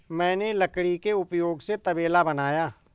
मैंने लकड़ी के उपयोग से तबेला बनाया